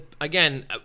again